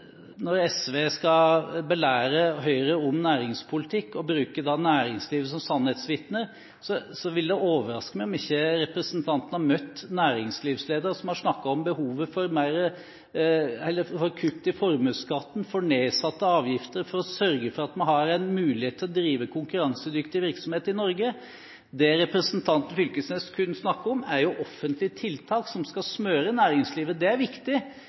Når SV skal belære Høyre om næringspolitikk, og bruker næringslivet som sannhetsvitne, vil det overraske meg om ikke representanten har møtt næringslivsledere som har snakket om behovet for kutt i formuesskatten og for nedsatte avgifter for å sørge for at vi har en mulighet til å drive konkurransedyktig virksomhet i Norge. Representanten Knag Fylkesnes snakker kun om offentlige tiltak som skal smøre næringslivet. Det er viktig.